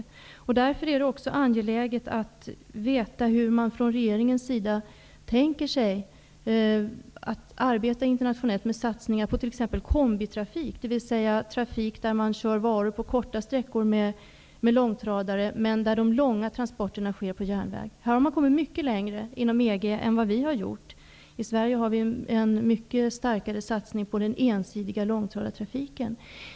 Det är därför också angeläget att få veta hur regeringen tänker arbeta internationellt med satsningar på t.ex. kombitrafik, dvs. trafik där man kör varor på korta sträckor med långtradare men där de långa transporterna sker med järnväg. På detta område har man inom EG kommit mycket längre än vad vi har gjort. I Sverige har vi en mycket starkare satsning på den ensidiga långtradartrafiken.